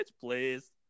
please